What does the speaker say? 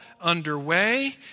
underway